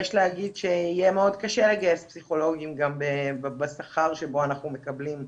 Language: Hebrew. יש להגיד שיהיה מאוד קשה לגייס פסיכולוגים בשכר שאותו אנחנו מקבלים,